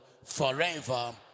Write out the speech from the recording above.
forever